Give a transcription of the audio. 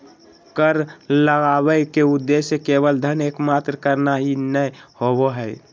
कर लगावय के उद्देश्य केवल धन एकत्र करना ही नय होबो हइ